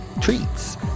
treats